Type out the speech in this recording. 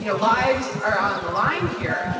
you know lives are on the line here.